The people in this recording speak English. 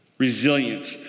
resilient